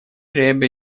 ребе